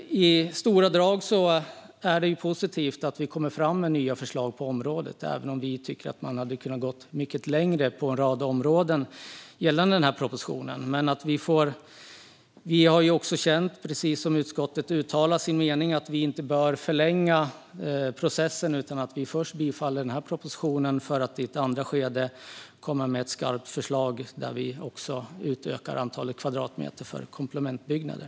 I stora drag är det positivt att det kommer fram nya förslag på området, även om vi tycker att man hade kunnat gå mycket längre inom en rad områden som berörs av den här propositionen. Men vi har också känt, precis som utskottet uttalar, att vi inte bör förlänga processen, utan vi yrkar först bifall till förslaget i den här propositionen för att i ett andra skede komma med ett skarpt förslag där vi också utökar antalet kvadratmeter för komplementbyggnader.